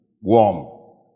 warm